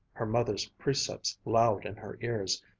her mother's precepts loud in her ears.